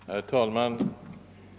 Herr talman!